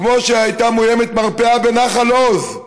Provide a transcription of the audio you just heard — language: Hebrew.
כמו שהייתה מאוימת מרפאה בנחל עוז,